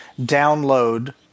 download